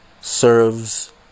serves